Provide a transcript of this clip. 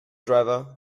driver